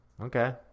Okay